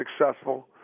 successful